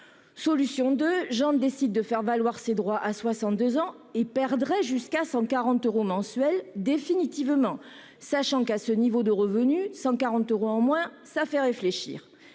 solution, Jean décide de faire valoir ses droits à 62 ans et perdrait jusqu'à 140 euros mensuels, et ce définitivement. À ce niveau de revenu, 140 euros en moins, ça fait réfléchir